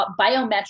biometric